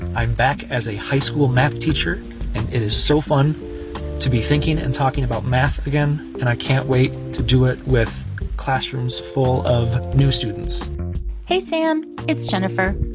i'm back as a high-school math teacher. and it is so fun to be thinking and talking about math again. and i can't wait to do it with classrooms full of new students hey, sam. it's jennifer.